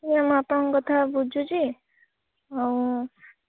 ମୁଁ ଆପଣଙ୍କ କଥା ବୁଝୁଛି ଆଉ